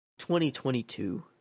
2022